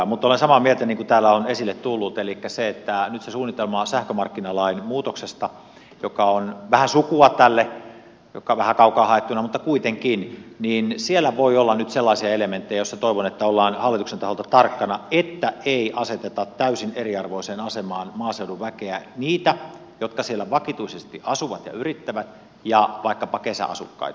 mutta olen samaa mieltä niin kuin täällä on esille tullut että nyt siinä suunnitelmassa sähkömarkkinalain muutoksesta joka on vähän sukua tälle vähän kaukaa haettuna mutta kuitenkin voi olla nyt sellaisia elementtejä joissa toivon että ollaan hallituksen taholta tarkkana että ei aseteta täysin eriarvoiseen asemaan maaseudun väkeä niitä jotka siellä vakituisesti asuvat ja yrittävät ja vaikkapa kesäasukkaita